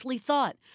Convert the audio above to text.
thought